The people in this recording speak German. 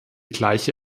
gleiche